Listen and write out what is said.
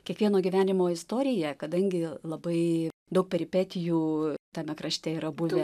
kiekvieno gyvenimo istorija kadangi labai daug peripetijų tame krašte yra buvę